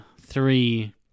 three